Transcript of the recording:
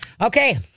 okay